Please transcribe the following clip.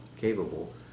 capable